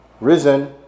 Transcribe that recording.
risen